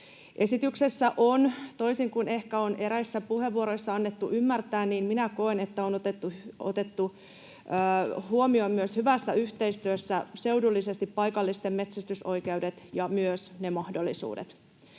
minä koen — toisin kuin ehkä on eräissä puheenvuoroissa annettu ymmärtää — otettu huomioon myös hyvässä yhteistyössä seudullisesti paikallisten metsästysoikeudet ja myös ne mahdollisuudet.